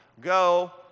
Go